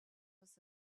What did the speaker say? must